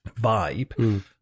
vibe